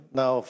now